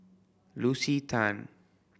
Lucy Tan